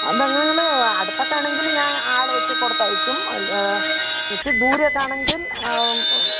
അത് അങ്ങനെ നിങ്ങൾ അടുത്തൊക്കെ ആണെങ്കിൽ ഞാൻ ആളെ വെച്ച് കൊടുത്തയയ്ക്കും അല്ല ഇത്തിരി ദൂരെയക്കെ ആണെങ്കിൽ